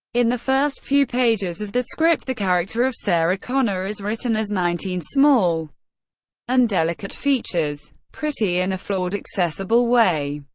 in the first few pages of the script, the character of sarah connor is written as nineteen, small and delicate features. pretty in a flawed, accessible way.